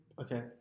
Okay